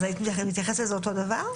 אז היית מתייחסת לזה אותו דבר?